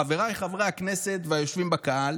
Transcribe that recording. חבריי חברי הכנסת והיושבים בקהל,